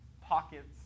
pockets